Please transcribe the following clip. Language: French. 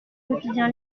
quotidien